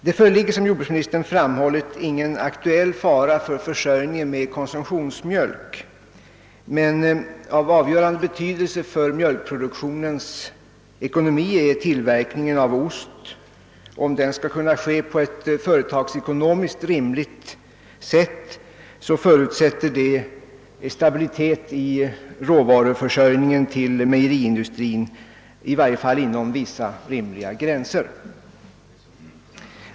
Det föreligger, som jordbruksministern framhåller, ingen aktuell fara för försörjningen med konsumtionsmjölk, men av avgörande betydelse för mjölkproduktionens ekonomi är tillverkningen av ost. Om denna skall kunna ske på ett företagsekonomiskt rimligt sätt, förutsätter det stabilitet i råvaruförsörjningen till mejeriindustrin, i varje fall inom vissa gränser.